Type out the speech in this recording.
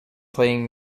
playing